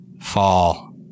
fall